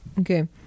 Okay